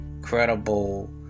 incredible